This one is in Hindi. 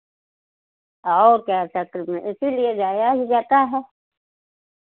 और क्या इसीलिए जाया ही जाता है